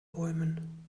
bäumen